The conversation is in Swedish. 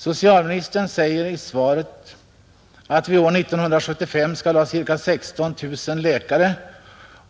Socialministern säger i svaret att vi år 1975 skall ha ca 16 000 läkare,